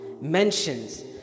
mentions